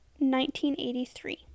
1983